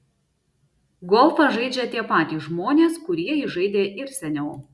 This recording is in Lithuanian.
golfą žaidžia tie patys žmonės kurie jį žaidė ir seniau